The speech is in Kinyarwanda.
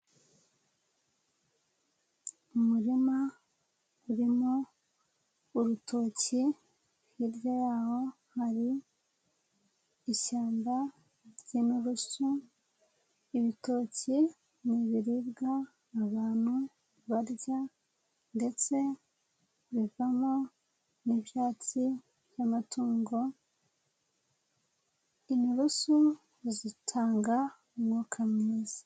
umurima urimo urutoki hirya yaho hari ishyamba ryinturusu, ibitoki ni ibiribwa abantu barya ndetse bivamo n'ibyatsi byamatungo inturusu zitanga umwuka mwiza.